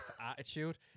Attitude